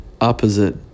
opposite